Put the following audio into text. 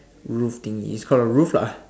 roof thingy is called a roof lah